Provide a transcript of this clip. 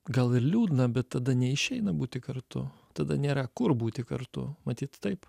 gal ir liūdna bet tada neišeina būti kartu tada nėra kur būti kartu matyt taip